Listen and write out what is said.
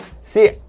See